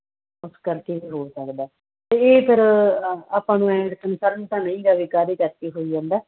ਉਸ ਕਰਕੇ ਫਿਰ ਹੋ ਸਕਦਾ ਇਹ ਫਿਰ ਆਪਾਂ ਨੂੰ ਐ ਰਿਟਨ ਕਰਨ ਤਾਂ ਨਹੀਂ ਜਾਵੇਗਾ ਇਹਦੇ ਕਰਕੇ ਹੋਈ ਜਾਂਦਾ